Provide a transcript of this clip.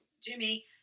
jimmy